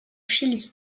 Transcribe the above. chili